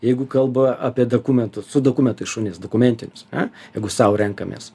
jeigu kalba apie dakumentus su dokumentais šunis dokumentinius ane jeigu sau renkamės